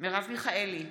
מרב מיכאלי,